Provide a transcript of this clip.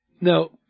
Now